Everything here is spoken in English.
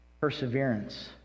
perseverance